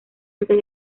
antes